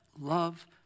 love